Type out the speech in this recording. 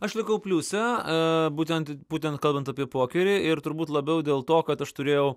aš likau pliuse būtent būtent kalbant apie pokerį ir turbūt labiau dėl to kad aš turėjau